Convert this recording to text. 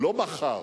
לא מחר,